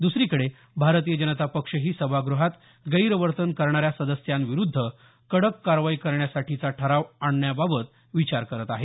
दुसरीकडे भारतीय जनता पक्षही सभागृहात गैरवर्तन करणाऱ्या सदस्यांविरुद्ध कडक कारवाई करण्यासाठीचा ठराव आणण्याबाबत विचार करत आहे